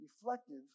reflective